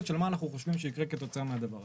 של מה אנחנו חושבים שיקרה מהתכנית הזאת.